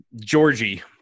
Georgie